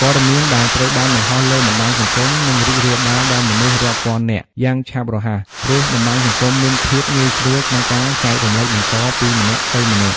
ព័ត៌មាន ដែលត្រូវបាន បង្ហោះលើបណ្ដាញសង្គម នឹង រីករាលដាល ដល់ មនុស្សរាប់ពាន់នាក់ យ៉ាងឆាប់រហ័ស ព្រោះ បណ្ដាញសង្គម មាន ភាពងាយស្រួល ក្នុងការ ចែករំលែកបន្ត ពីម្នាក់ទៅម្នាក់។